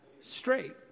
straight